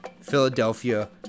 Philadelphia